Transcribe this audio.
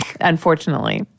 Unfortunately